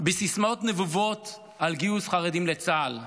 בסיסמאות נבובות על גיוס חרדים לצה"ל,